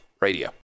Radio